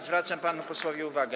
Zwracam panu posłowi uwagę.